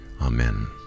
Amen